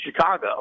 Chicago